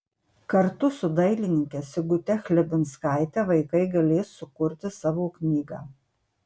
kartu su dailininke sigute chlebinskaite vaikai galės sukurti savo knygą